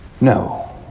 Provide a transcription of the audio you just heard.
No